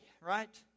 right